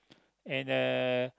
and uh